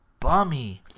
bummy